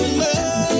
love